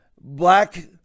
black